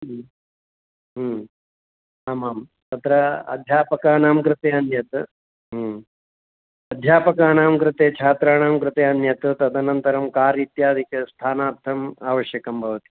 ह्म् ह्म् आमां तत्र अध्यापकानां कृते अन्यत् ह्म् अध्यापकानां कृते छात्राणां कृते अन्यत् तदनन्तरं कार् इत्यादिकस्थानार्थम् आवश्यकं भवति